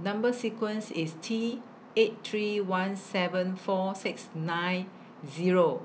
Number sequence IS T eight three one seven four six nine Zero